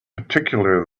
particular